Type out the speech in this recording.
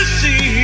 see